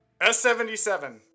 S77